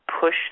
push